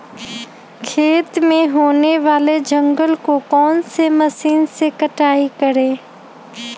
खेत में होने वाले जंगल को कौन से मशीन से कटाई करें?